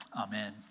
Amen